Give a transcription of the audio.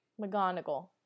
McGonagall